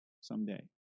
someday